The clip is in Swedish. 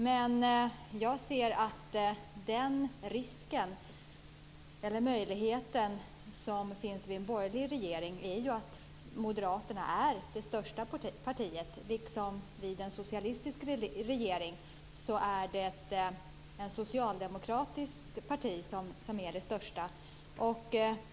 Men jag ser att den risk eller möjlighet som finns vid en borgerlig regering är att moderaterna är det största partiet, liksom det är ett socialdemokratiskt parti som är det största vid en socialistisk regering.